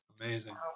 Amazing